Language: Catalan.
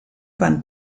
van